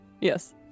Yes